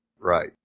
Right